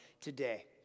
today